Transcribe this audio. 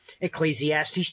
Ecclesiastes